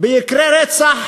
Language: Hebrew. במקרי רצח